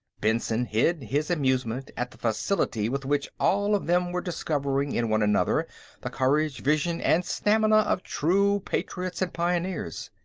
benson hid his amusement at the facility with which all of them were discovering in one another the courage, vision and stamina of true patriots and pioneers.